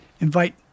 invite